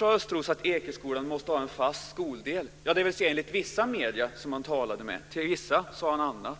Östros att Ekeskolan måste ha en fast skoldel, dvs. enligt vissa medier han talade med. Till vissa andra sade han annat.